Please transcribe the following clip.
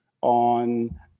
on